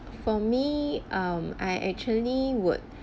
for me um I actually work